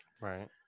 Right